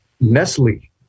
Nestle